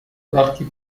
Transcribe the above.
وقتی